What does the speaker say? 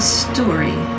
story